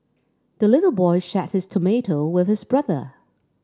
the little boy shared his tomato with his brother